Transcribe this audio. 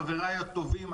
חבריי הטובים,